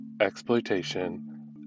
exploitation